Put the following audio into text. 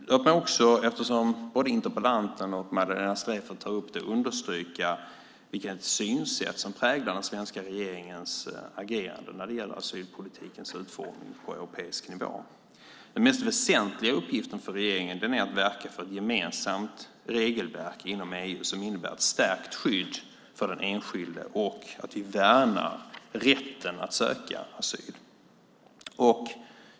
Låt mig också, eftersom både interpellanten och Magdalena Streijffert tar upp det, understryka vilket synsätt som präglar den svenska regeringens agerande när det gäller asylpolitikens utformning på europeisk nivå. Den mest väsentliga uppgiften för regeringen är att verka för ett gemensamt regelverk inom EU som innebär ett stärkt skydd för den enskilde och att vi värnar rätten att söka asyl.